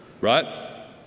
right